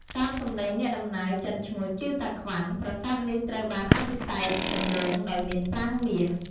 តាមសម្ដីអ្នកដំណើរចិនឈ្មោះ ជីវ តាក្វាន់ ប្រាសាទនេះត្រូវបានអភិសេកដំបូងដោយមានប្រាង្គមាស។